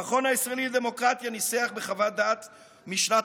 המכון הישראלי לדמוקרטיה ניסח בחוות דעת משנת